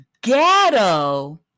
ghetto